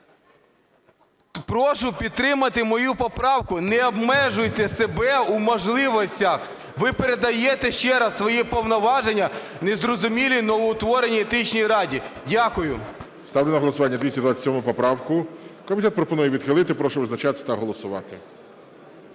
Прошу підтримати мою поправку. Не обмежуйте себе у можливостях. Ви передаєте, ще раз, свої повноваження незрозумілій новоутвореній Етичній раді. Дякую. ГОЛОВУЮЧИЙ. Ставлю на голосування 227 поправку. Комітет пропонує відхилити. Прошу визначатись та голосувати.